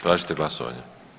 Tražite glasovanje?